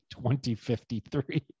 2053